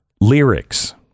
lyrics